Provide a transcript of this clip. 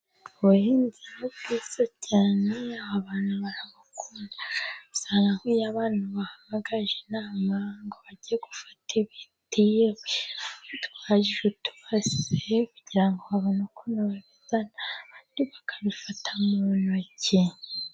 Ubuhinzi ni bwiza cyane abantu barabukunda, usanga nk'iyo abantu bahamagaje inama ngo bajye gufata ibiti, bitwaje utubase kugira ngo babone uko babizana, abandi bakabifata mu ntoki.